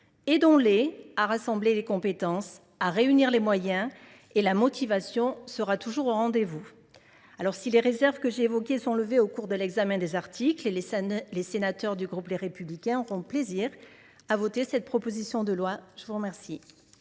Aidons les à rassembler les compétences, à réunir les moyens, et la motivation sera toujours au rendez vous. Si les réserves que j’ai évoquées sont levées au cours de l’examen des articles, les sénateurs du groupe Les Républicains auront plaisir à voter cette proposition de loi. La parole